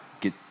get